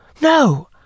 No